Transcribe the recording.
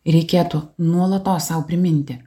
reikėtų nuolatos sau priminti